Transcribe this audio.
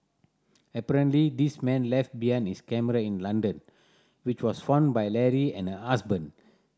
apparently this man left behind his camera in London which was found by Leary and her husband